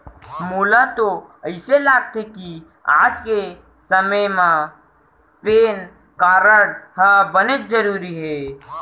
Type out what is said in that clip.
मोला तो अइसे लागथे कि आज के समे म पेन कारड ह बनेच जरूरी हे